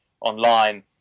online